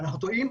אנחנו טועים,